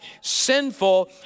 sinful